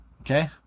Okay